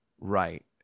Right